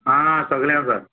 आं सगळें आसा